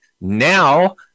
now